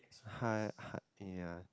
!huh! ya